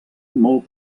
molt